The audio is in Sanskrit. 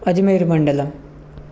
अज्मेर्मण्डलं